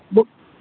book